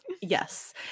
Yes